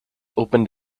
opened